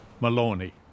Maloney